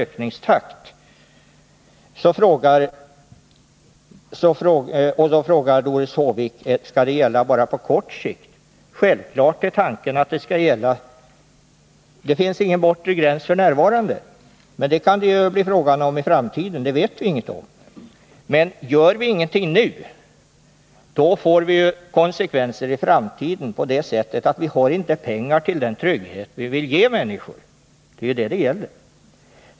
Doris Håvik frågar: Skall detta gälla bara på kort sikt? Det finns ingen bortre gräns f. n., men det kan bli fråga om en sådan i framtiden. Det vet vi inget om. Men gör vi ingenting nu, får vi konsekvenser i framtiden på det sättet att vi då inte har pengar att ge människor den trygghet vi vill ge dem. Det är vad det gäller.